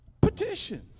petition